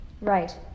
Right